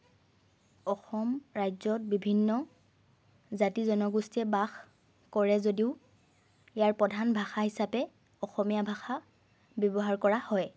অসম ৰাজ্যত বিভিন্ন জাতি জনগোষ্ঠীয়ে বাস কৰে যদিও ইয়াৰ প্ৰধান ভাষা হিচাপে অসমীয়া ভাষা ব্যৱহাৰ কৰা হয়